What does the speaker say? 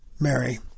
Mary